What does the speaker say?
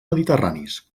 mediterranis